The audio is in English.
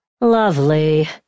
Lovely